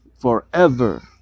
forever